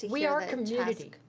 we are community,